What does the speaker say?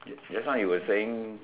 just just now you were saying